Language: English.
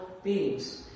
Beings